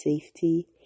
safety